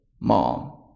mom